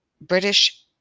British